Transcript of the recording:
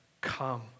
come